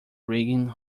ringing